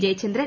Jayachandran